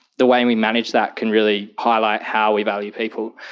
the way we manage that can really highlight how we value people.